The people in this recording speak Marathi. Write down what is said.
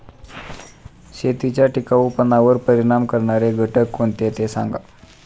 शेतीच्या टिकाऊपणावर परिणाम करणारे घटक कोणते ते सांगा